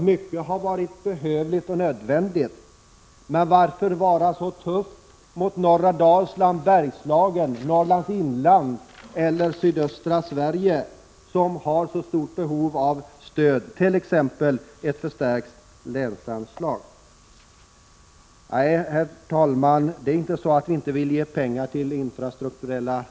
Mycket av detta har varit nödvändigt, men varför vara så tuff mot norra Dalsland, Bergslagen, Norrlands inland och sydöstra Sverige, som har stort behov av stöd, t.ex. ett förstärkt länsanslag? Nej, herr talman, det är inte så att vi inte vill ge pengar till infrastrukturella — Prot.